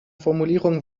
formulierung